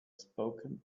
spoken